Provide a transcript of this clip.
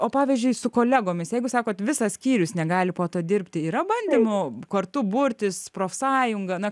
o pavyzdžiui su kolegomis jeigu sakot visas skyrius negali po to dirbti yra bandymų kartu burtis profsąjunga na